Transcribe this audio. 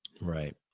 Right